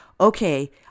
okay